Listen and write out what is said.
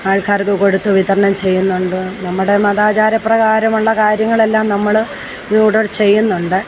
ആൾക്കാർക്ക് കൊടുത്ത് വിതരണം ചെയ്യുന്നുണ്ട് നമ്മുടെ മതാചാരം പ്രകാരമുള്ള കാര്യങ്ങളെല്ലാം നമ്മൾ ഇവിടെ ചെയ്യുന്നുണ്ട്